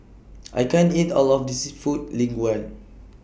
I can't eat All of This Seafood Linguine